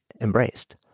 embraced